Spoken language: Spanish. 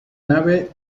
nave